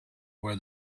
where